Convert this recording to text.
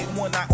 one